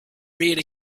reared